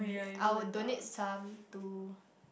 I would donate some to